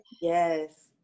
yes